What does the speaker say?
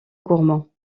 gourmand